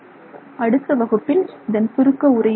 அடுத்த வகுப்பில் இதன் சுருக்க உரையை காண்போம்